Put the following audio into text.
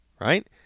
right